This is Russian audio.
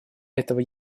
этого